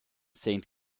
saint